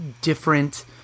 different